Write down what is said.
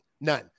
None